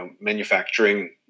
manufacturing